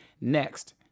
next